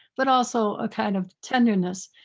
but also a kind of tenderness.